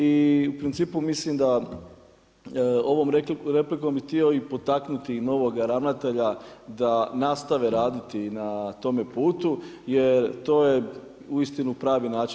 I u principu mislim da ovom replikom bi htio i potaknuti i novoga ravnatelja da nastave raditi da tome putu jer to je uistinu pravi način.